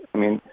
i mean,